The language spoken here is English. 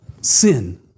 sin